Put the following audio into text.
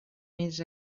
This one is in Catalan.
més